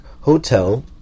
hotel